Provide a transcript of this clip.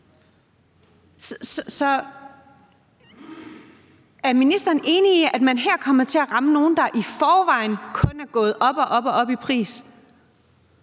er ministeren enig i, at man her kommer til at ramme noget, der i forvejen kun er gået op og op i pris?